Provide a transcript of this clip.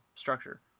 structure